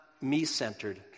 me-centered